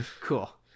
cool